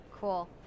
Cool